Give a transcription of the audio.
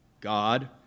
God